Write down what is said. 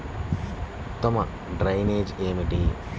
ఉత్తమ డ్రైనేజ్ ఏమిటి?